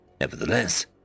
Nevertheless